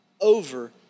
over